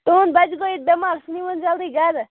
تُہُنٛد بَچہٕ گوٚو ییٚتہِ بٮ۪مار سُہ نیٖوُن جَلدی گَرٕ